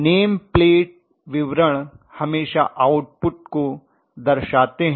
name plate विवरण हमेशा output को दर्शाते हैं